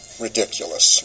Ridiculous